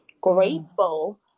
grateful